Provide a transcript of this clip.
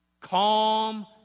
Calm